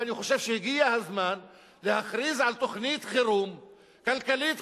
ואני חושב שהגיע הזמן להכריז על תוכנית חירום כלכלית-חברתית,